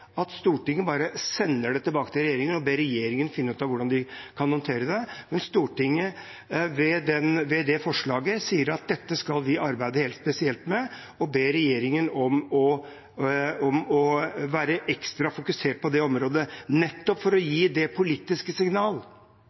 at Stortinget bare sender det tilbake til regjeringen og ber regjeringen finne ut av hvordan de kan håndtere det. Stortinget sier i forslaget til vedtak at dette skal vi arbeide helt spesielt med, og ber regjeringen om å være ekstra fokusert på dette området, nettopp for å gi det politiske signal